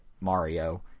Mario